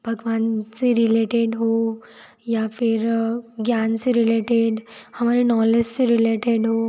भगवान से रिलेटेड हो या फिर ज्ञान से रिलेटेड हमारे नॉलेज से रिलेटेड हो